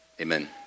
Amen